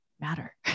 matter